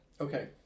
Okay